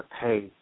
pay